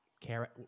Carrot